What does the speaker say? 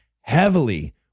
heavily